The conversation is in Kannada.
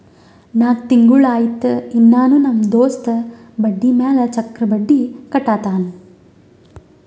ನಾಕ್ ತಿಂಗುಳ ಆಯ್ತು ಇನ್ನಾನೂ ನಮ್ ದೋಸ್ತ ಬಡ್ಡಿ ಮ್ಯಾಲ ಚಕ್ರ ಬಡ್ಡಿ ಕಟ್ಟತಾನ್